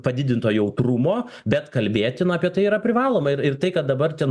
padidinto jautrumo bet kalbėti na apie tai yra privaloma ir ir tai kad dabar ten